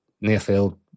near-field